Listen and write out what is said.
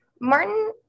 Martin